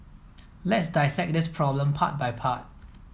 let's dissect this problem part by part